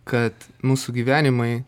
kad mūsų gyvenimai